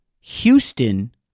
Houston